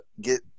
get